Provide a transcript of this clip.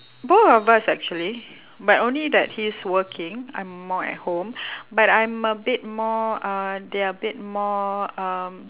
both of us actually but only that he's working I'm more at home but I'm a bit more uh they're a bit more um